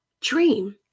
dream